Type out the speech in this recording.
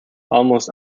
almost